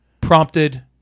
prompted